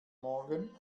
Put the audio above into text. morgen